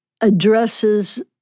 addresses